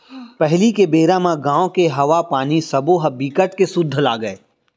पहिली के बेरा म गाँव के हवा, पानी सबो ह बिकट के सुद्ध लागय